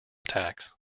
attacks